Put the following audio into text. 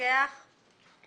הגמ"חים היא שטר חוב.